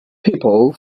people